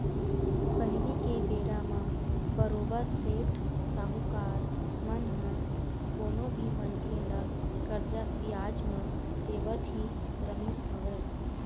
पहिली के बेरा म बरोबर सेठ साहूकार मन ह कोनो भी मनखे ल करजा बियाज म देवत ही रहिस हवय